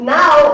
now